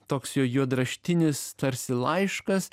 toks jo juodraštinis tarsi laiškas